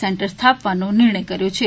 centre સ્થાપવાનો નિર્ણય કર્યો છે